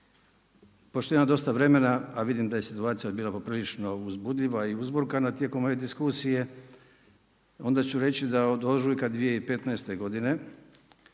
Pošto imam dosta vremena a vidim da je situacija bila poprilično uzbudljiva i uzburkana tijekom ove diskusije onda ću reći da od ožujka 2015. godine